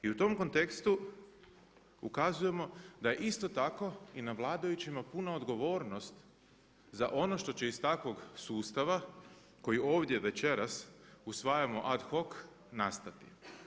I u tom kontekstu ukazujemo da isto tako i na vladajućima puna odgovornost za ono što će iz takvog sustava koji ovdje večeras usvajamo ad hoc nastati.